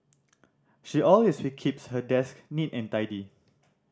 she always keeps her desk neat and tidy